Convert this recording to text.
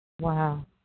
Wow